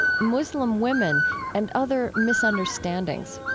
muslim women and other misunderstandings.